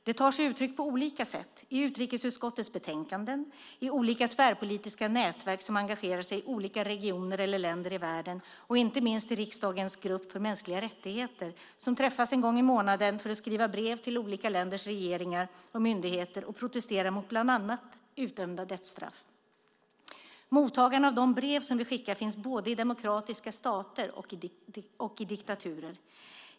Det tar sig uttryck på olika sätt, i utrikesutskottets betänkanden, i olika tvärpolitiska nätverk som engagerar sig i olika regioner eller länder i världen och inte minst i riksdagens grupp för mänskliga rättigheter som träffas en gång i månaden för att skriva brev till olika länders regeringar och myndigheter och protestera mot bland annat utdömda dödsstraff. Mottagarna av de brev som vi skickar finns både i demokratiska stater och i diktaturer.